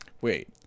Wait